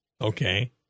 Okay